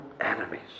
enemies